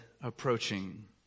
approaching